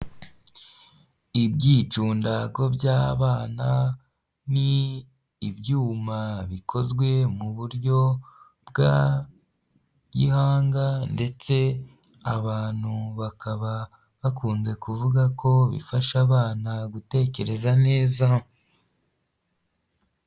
Ibyicundago by'abana, ni ibyuma bikozwe mu buryo bwa gihanga; ndetse abantu bakaba bakunze kuvuga ko bifasha abana gutekereza neza.